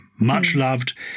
much-loved